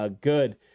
good